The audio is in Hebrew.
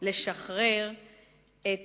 לשחרר את